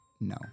No